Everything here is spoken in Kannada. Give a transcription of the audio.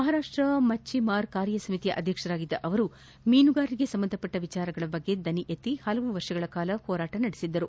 ಮಹಾರಾಷ್ಟ ಮಚ್ಚಮಾರ್ ಕಾರ್ಯ ಸಮಿತಿಯ ಅಧ್ಯಕ್ಷರಾಗಿದ್ದ ಅವರು ಮೀನುಗಾರರಿಗೆ ಸಂಬಂಧಿಸಿದ ವಿಷಯಗಳ ಕುರಿತಂತೆ ಧ್ವನಿಎತ್ತಿ ಹಲವು ವರ್ಷಗಳ ಕಾಲ ಹೋರಾಟ ನಡೆಸಿದ್ದರು